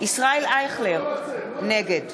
ישראל אייכלר, נגד